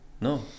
No